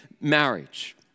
marriage